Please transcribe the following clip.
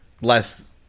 less